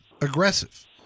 aggressive